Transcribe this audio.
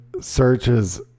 searches